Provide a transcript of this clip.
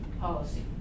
policy